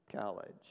college